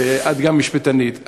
את גם משפטנית,